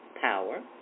power